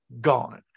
gone